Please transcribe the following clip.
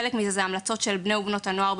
חלק מזה הן הצעות של בני ובנות הנוער,